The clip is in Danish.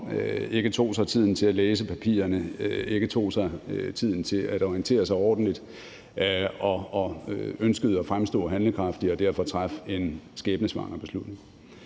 ikke tog sig tid til at læse papirerne, ikke tog sig tid til at orientere sig ordentligt, men ønskede at fremstå handlekraftig og derfor traf en skæbnesvanger beslutning.